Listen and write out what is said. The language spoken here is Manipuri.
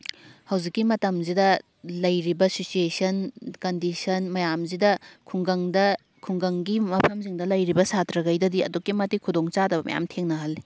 ꯍꯧꯖꯤꯛꯀꯤ ꯃꯇꯝꯁꯤꯗ ꯂꯩꯔꯤꯕ ꯁꯤꯆꯨꯋꯦꯁꯟ ꯀꯟꯗꯤꯁꯟ ꯃꯌꯥꯝꯁꯤꯗ ꯈꯨꯡꯒꯪꯗ ꯈꯨꯡꯒꯪꯒꯤ ꯃꯐꯝꯁꯤꯡꯗꯤ ꯂꯩꯔꯤꯕ ꯁꯥꯇ꯭ꯔꯈꯩꯗꯗꯤ ꯑꯗꯨꯛꯀꯤ ꯃꯇꯤꯛ ꯈꯨꯗꯣꯡ ꯆꯥꯗꯕ ꯃꯌꯥꯝ ꯊꯦꯡꯅꯍꯜꯂꯤ